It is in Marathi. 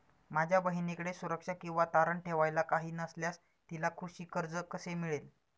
माझ्या बहिणीकडे सुरक्षा किंवा तारण ठेवायला काही नसल्यास तिला कृषी कर्ज कसे मिळेल?